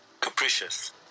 capricious